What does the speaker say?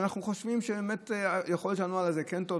אנחנו חושבים שיכול להיות שהנוהל הזה כן טוב,